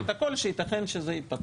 אני אומר רק לפרוטוקול שייתכן שזה ייפתח,